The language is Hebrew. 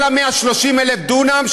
כל ה-130,000 דונם,